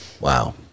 wow